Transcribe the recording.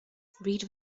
read